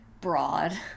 broad